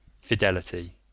Fidelity